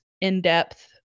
in-depth